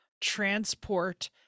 transport